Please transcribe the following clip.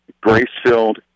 grace-filled